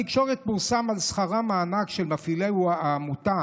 בתקשורת פורסם על שכרם הענק של מפעילי העמותה,